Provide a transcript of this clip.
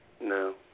No